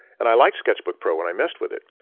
and i liked sketchbook pro when i messed with it.